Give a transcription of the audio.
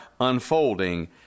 unfolding